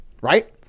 Right